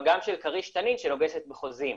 אלא גם של כריש תנין שנוגסת בחוזים.